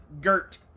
Gert